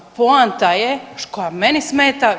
Poanta je koja meni smeta.